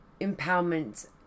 empowerment